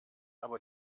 aber